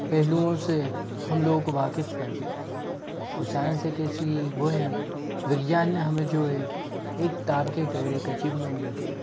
पहलुओं से हम लोग को वाकिफ कर दिया तो साइंस एक ऐसी वो है विज्ञान ने हमें जो ये एक टारगेट और एक अचीवमेंट दे दिया है